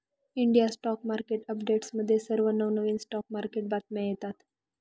India stock market अपडेट्समध्ये सर्व नवनवीन स्टॉक मार्केट बातम्या येतात